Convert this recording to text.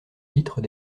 vitres